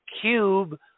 cube